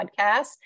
podcast